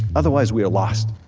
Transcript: otherwise, we are lost.